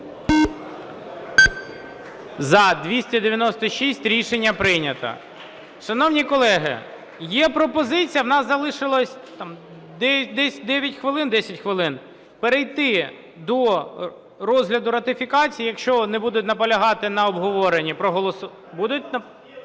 За-296 Рішення прийнято. Шановні колеги, є пропозиція. У нас залишилось там десь 9 хвилин, 10 хвилин, перейти до розгляду ратифікацій, якщо не будуть наполягти на обговоренні, проголосувати.